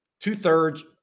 two-thirds